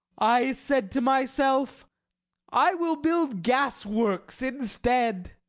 i said to myself i will build gas-works instead.